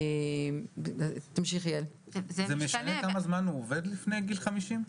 האם משנה כמה זמן הוא עובד לפני גיל 50?